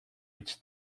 its